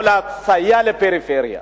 או לסייע לפריפריה.